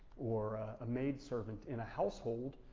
or a maid servant in a household,